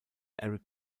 eric